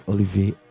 Olivier